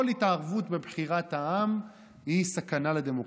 כל התערבות בבחירת העם היא סכנה לדמוקרטיה.